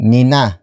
Nina